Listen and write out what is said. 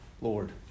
Lord